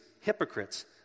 hypocrites